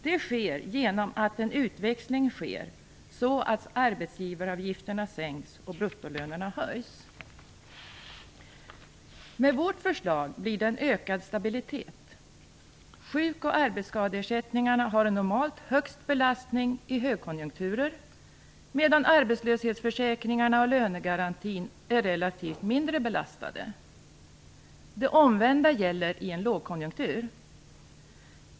Det sker genom en utväxling som sänker arbetsgivaravgifterna och höjer bruttolönerna. Med vårt förslag blir det en ökad stabilitet. Sjukoch arbetsskadeersättningarna har normalt högst belastning i högkonjunkturer, medan arbetslöshetsförsäkringarna och lönegarantin relativt sett är mindre belastade. Det omvända gäller i en lågkonjunktur.